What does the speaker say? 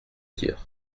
dire